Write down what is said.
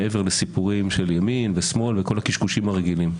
מעבר לסיפורים של ימין ושמאל וכל הקשקושים הרגילים.